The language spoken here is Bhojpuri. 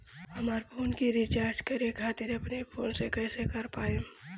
हमार फोन के रीचार्ज करे खातिर अपने फोन से कैसे कर पाएम?